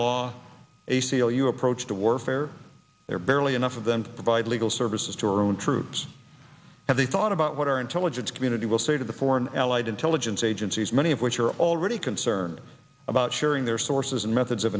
u approach to warfare there barely enough of them to provide legal services to our own troops have they thought about what our intelligence community will say to the foreign allied intelligence agencies many of which are already concerned about sharing their sources and methods of